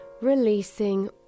releasing